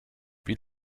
wie